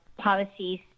policies